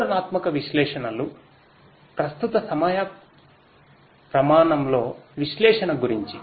వివరణాత్మక విశ్లేషణలు ప్రస్తుత సమయ ప్రమాణంలో విశ్లేషణ గురించి